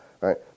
right